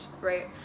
right